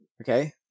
Okay